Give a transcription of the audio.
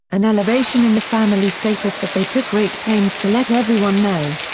an elevation in the family status that they took great pains to let everyone know.